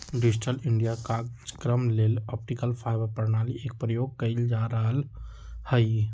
digital India काजक्रम लेल optical fibre प्रणाली एक प्रयोग कएल जा रहल हइ